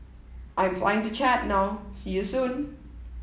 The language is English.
I'm flying to Chad now see you soon